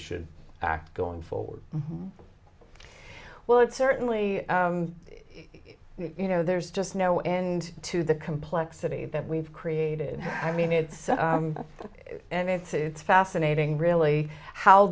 should act going forward well it certainly is you know there's just no end to the complexity that we've created i mean it's and it's it's fascinating really how